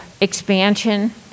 expansion